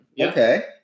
Okay